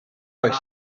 oes